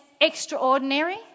extraordinary